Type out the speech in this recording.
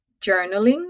journaling